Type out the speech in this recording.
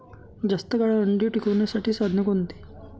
जास्त काळ अंडी टिकवण्यासाठी साधने कोणती?